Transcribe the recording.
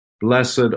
Blessed